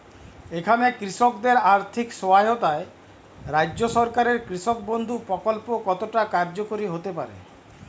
এখানে কৃষকদের আর্থিক সহায়তায় রাজ্য সরকারের কৃষক বন্ধু প্রক্ল্প কতটা কার্যকরী হতে পারে?